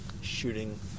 shooting